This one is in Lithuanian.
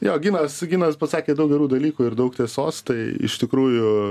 jo ginas ginas pasakė daug gerų dalykų ir daug tiesos tai iš tikrųjų